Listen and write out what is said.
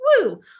woo